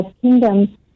kingdom